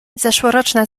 zeszłoroczna